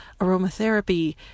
aromatherapy